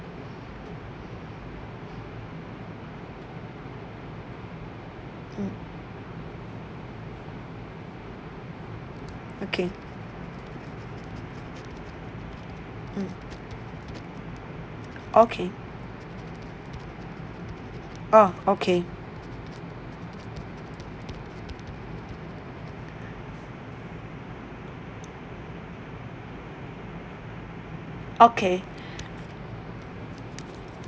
mm okay okay oh okay okay